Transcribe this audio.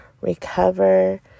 recover